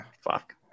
Fuck